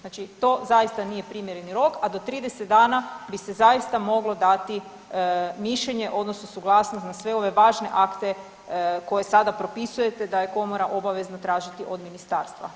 Znači to zaista nije primjereni rok, a do 30 dana bi se zaista moglo dati mišljenje odnosno suglasnost na sve ove važne akte koje sada propisujete da je komora obavezna tražiti od ministarstva.